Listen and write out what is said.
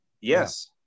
Yes